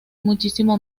muchísimo